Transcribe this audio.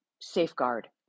safeguard